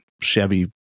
chevy